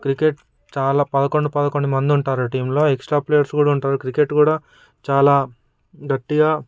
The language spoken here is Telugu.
క్రికెట్ చాలా పదకొండు పదకొండు మంది ఉంటారు టీంలో ఎక్స్ట్రా ప్లేయర్స్ కూడా ఉంటారు క్రికెట్ కూడా చాలా గట్టిగా